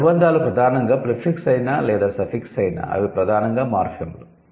ఈ అనుబంధాలు ప్రధానంగా 'ప్రిఫిక్స్' అయినా లేదా 'సఫిక్స్' అయినా అవి ప్రధానంగా మార్ఫిమ్లు